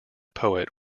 poet